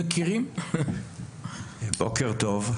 בוקר טוב.